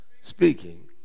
Speaking